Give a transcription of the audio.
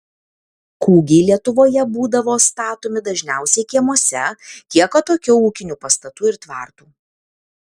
kūgiai lietuvoje būdavo statomi dažniausiai kiemuose kiek atokiau ūkinių pastatų ir tvartų